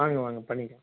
வாங்க வாங்க பண்ணிக்கலாம்